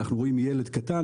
ואנחנו רואים ילד קטן,